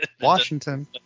Washington